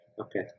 Okay